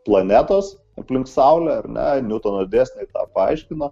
planetos aplink saulę ar ne ir niutono dėsniai paaiškino